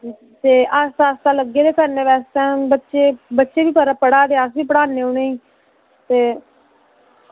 ते आस्तै आस्तै लग्गे दे न करने बास्तै ते बच्चे बी पढ़ा दे ते अस बी पढ़ाने उ'नेंगी ते